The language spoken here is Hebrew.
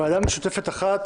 ועדה משותפת אחת